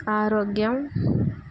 ఆరోగ్యం